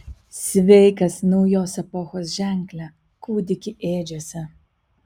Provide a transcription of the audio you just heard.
sveikas naujos epochos ženkle kūdiki ėdžiose